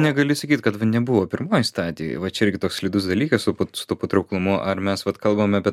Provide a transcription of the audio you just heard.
negali sakyt kad va nebuvo pirmoj stadijoj va čia irgi toks slidus dalykas su su tuo patrauklumu ar mes vat kalbam apie